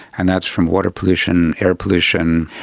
and that's from water pollution, air pollution,